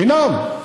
חינם.